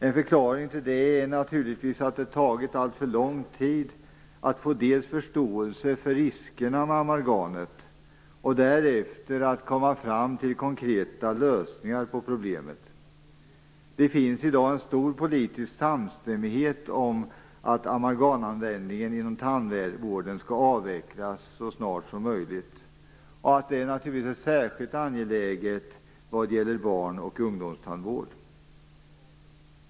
En förklaring till det är naturligtvis att det tagit alltför lång tid att få förståelse för riskerna med amalgamet och därefter att komma fram till konkreta lösningar på problemet. I dag finns det en stor politisk samstämmighet om att amalgamanvändningen inom tandvården skall avvecklas så snart som möjligt. Det är naturligtvis särskilt angeläget när det gäller barn och ungdomstandvården.